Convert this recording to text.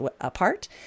apart